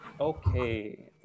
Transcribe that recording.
Okay